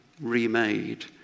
remade